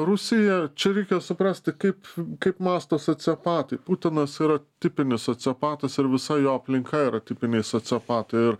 rusija čia reikia suprasti kaip kaip mąsto sociopatai putinas yra tipinis sociopatas ir visa jo aplinka yra tipiniai sociopatai ir